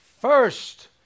first